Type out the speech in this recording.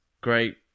great